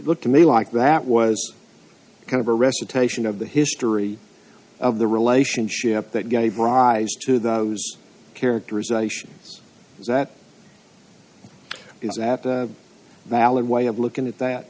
looked to me like that was kind of a recitation of the history of the relationship that gave rise to the characterizations that is that the valley way of looking at